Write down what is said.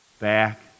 back